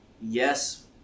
Yes